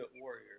Warrior